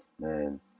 man